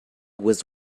was